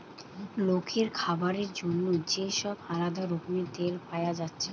লোকের খাবার জন্যে যে সব আলদা রকমের তেল পায়া যাচ্ছে